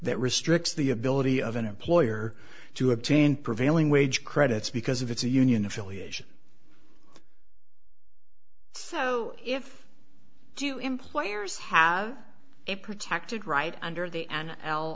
that restricts the ability of an employer to obtain prevailing wage credits because of it's a union affiliation so if do you employers have a protected right under the an l